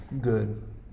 good